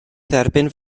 dderbyn